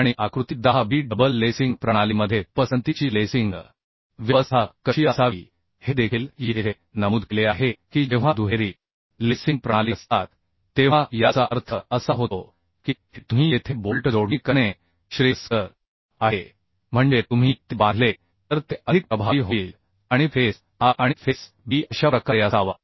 आणि आकृती 10 B double lacing प्रणालीमध्ये पसंतीची लेसिंग व्यवस्था कशी असावी हे देखील येथे नमूद केले आहे की जेव्हा दुहेरी लेसिंग प्रणाली असतात तेव्हा याचा अर्थ असा होतो की तुम्ही येथे बोल्ट जोडणी करणे श्रेयस्कर आहे म्हणजे तुम्ही ते बांधले तर ते अधिक प्रभावी होईल आणि फेस A आणि फेस B अशा प्रकारे असावा